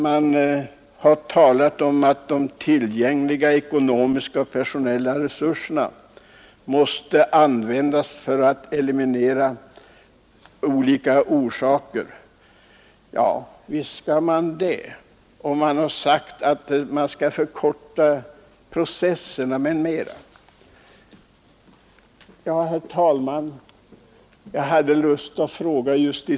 Det har talats om att våra tillgängliga ekonomiska och personella resurser skall användas till att eliminera svårigheterna, förkorta processerna osv. Ja, visst skall vi göra det.